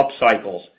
upcycles